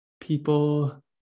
people